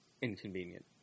inconvenient